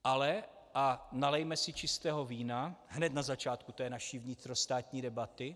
Ale nalijme si čistého vína hned na začátku naší vnitrostátní debaty.